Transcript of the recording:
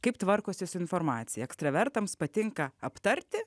kaip tvarkosi su informacija ekstravertams patinka aptarti